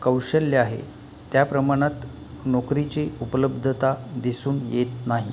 कौशल्य आहे त्या प्रमाणात नोकरीची उपलब्धता दिसून येत नाही